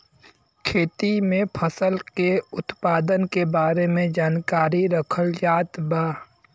खेती में फसल के उत्पादन के बारे में जानकरी रखल जात बा